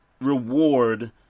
reward